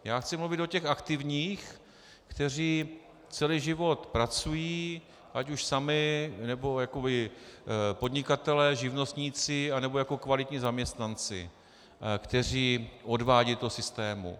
Já chci mluvit o těch aktivních, kteří celý život pracují, ať už sami, nebo jakoby podnikatelé, živnostníci anebo jako kvalitní zaměstnanci, kteří odvádějí do toho systému.